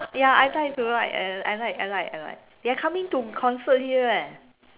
ya I like to write I like I like I like they are coming to concert here leh